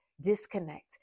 Disconnect